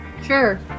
Sure